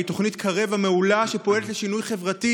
תנועות נוער, מתנ"סים,